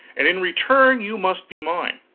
and in return you must be mine.